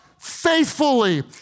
faithfully